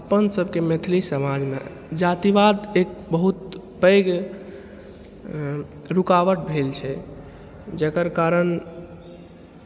अपनसभक मैथिली समाजमे जातिवाद एक बहुत पैघ रुकावट भेल छै जकर कारण